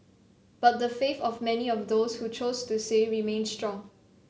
but the faith of many of those who chose to say remains strong